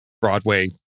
Broadway